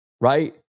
right